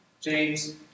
James